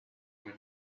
with